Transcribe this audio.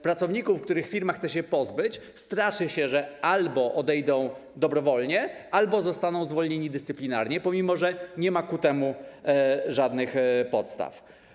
Pracowników, których firma chce się pozbyć, straszy się, mówiąc, że albo odejdą dobrowolnie, albo zostaną zwolnieni dyscyplinarnie, pomimo że nie ma ku temu żadnych podstaw.